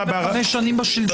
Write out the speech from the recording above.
תודה רבה, חברים.